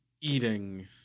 eating